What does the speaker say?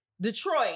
Detroit